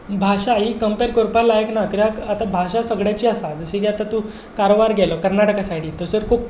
भाशा ही कम्पॅर करपाक लायक ना आतां भाशा ही सगळ्यांची आसा जशी की आतां तूं कारवार गेलो कर्नाटका सायडीन थंयसर खूब